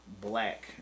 black